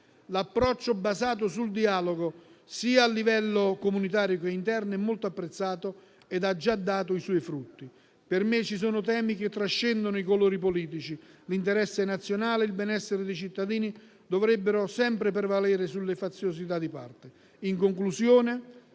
L'approccio basato sul dialogo, a livello sia comunitario sia interno, è molto apprezzato ed ha già dato i suoi frutti. Per me vi sono temi che trascendono i colori politici. L'interesse nazionale ed il benessere dei cittadini dovrebbero sempre prevalere sulle faziosità di parte.